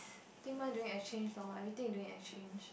think mine during exchange lor everything during exchange